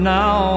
now